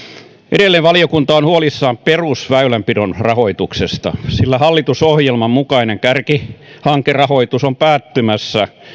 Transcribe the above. edelleen valiokunta on huolissaan perusväylänpidon rahoituksesta sillä hallitusohjelman mukainen kärkihankerahoitus on päättymässä